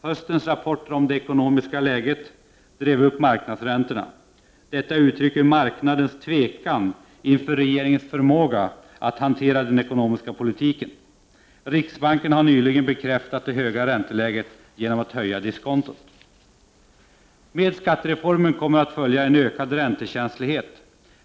Höstens rapport om det ekonomiska läget drev upp marknadsräntorna. Detta uttrycker marknadens tvekan inför regeringens förmåga att hantera den ekonomiska politiken. Riksbanken har nyligen bekräftat det höga ränteläget genom att höja diskontot. Med skattereformen kommer att följa en ökad räntekänslighet.